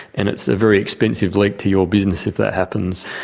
and it's a very expensive leak to your business if that happens.